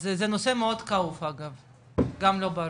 אז זה נושא מאוד כאוב, אגב, גם לא ברור.